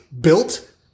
built